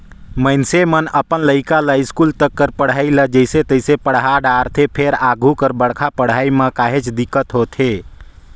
मइनसे मन अपन लइका ल इस्कूल तक कर पढ़ई ल जइसे तइसे पड़हा डारथे फेर आघु कर बड़का पड़हई म काहेच दिक्कत होथे